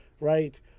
Right